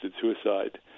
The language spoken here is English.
suicide